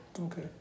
okay